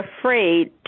afraid